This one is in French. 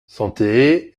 santé